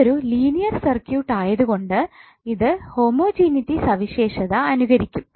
ഇതൊരു linear circuit ആയതുകൊണ്ട് ഇത് ഹോമജനീറ്റി സവിശേഷത അനുകരിക്കും